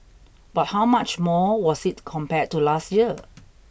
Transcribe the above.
but how much more was it compared to last year